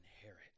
inherit